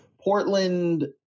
Portland